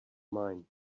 mine